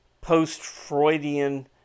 post-Freudian